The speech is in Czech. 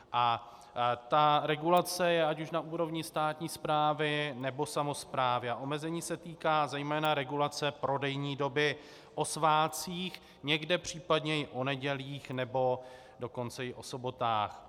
A regulace je ať už na úrovni státní správy, nebo samosprávy a omezení se týká zejména regulace prodejní doby o svátcích, někde případně i o nedělích, nebo dokonce i o sobotách.